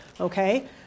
okay